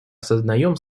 осознаем